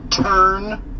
turn